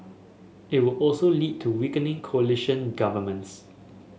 it would also lead to coalition governments